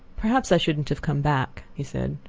perhaps i shouldn't have come back, he said.